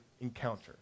encounter